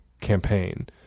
campaign